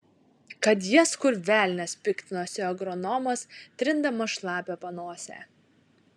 kad jas kur velnias piktinosi agronomas trindamas šlapią panosę